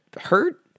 hurt